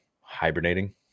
hibernating